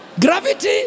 Gravity